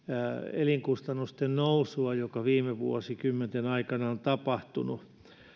elinkustannusten nousua joka viime vuosikymmenten aikana on tapahtunut